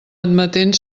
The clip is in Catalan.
admetent